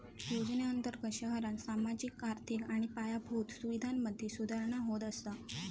योजनेअंर्तगत शहरांत सामाजिक, आर्थिक आणि पायाभूत सुवीधांमधे सुधारणा होत असा